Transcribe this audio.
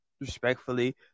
respectfully